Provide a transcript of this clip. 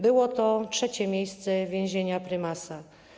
Było to trzecie miejsce więzienia prymasa.